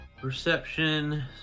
Perception